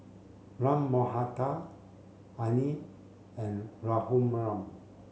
Ram Manohar Anil and Raghuram